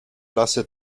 lasse